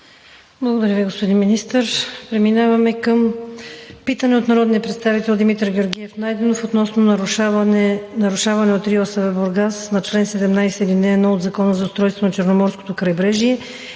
Благодаря Ви, господин Министър. Преминаваме към питане от народния представител Димитър Георгиев Найденов относно нарушаване от РИОСВ – Бургас, на чл. 17, ал. 1 от Закона за устройство на Черноморското крайбрежие